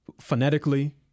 phonetically